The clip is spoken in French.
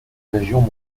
région